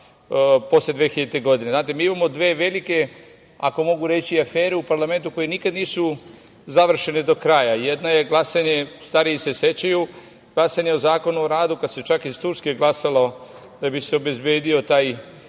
posle 2000. godine? Znate, mi imamo dve velike, ako mogu reći afere u parlamentu koje nikada nisu završene do kraja. Jedna je glasanje, stariji se sećaju, glasanje o Zakonu o radu, kada se čak iz Turske glasalo da bi se obezbedio taj